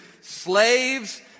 Slaves